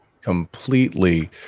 completely